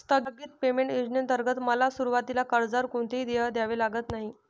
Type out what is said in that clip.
स्थगित पेमेंट योजनेंतर्गत मला सुरुवातीला कर्जावर कोणतेही देय द्यावे लागले नाही